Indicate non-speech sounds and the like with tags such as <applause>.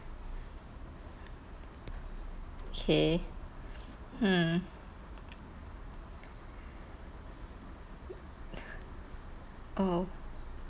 okay hmm <breath> oh